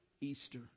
Easter